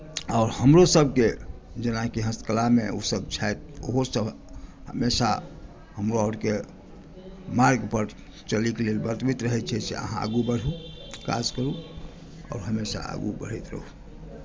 आओर हमरो सभकेँ जेनाकि हस्तकलामे ओ सभ छथि ओहो सभ हमेशा हमरा आरकेँ मार्ग पर चलयके लेल बतबति रहै छथि जे छै से अहाँ आगू बढ़ू काज करु आओर हमेशा आगू बढ़ैत रहू